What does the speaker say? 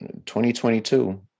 2022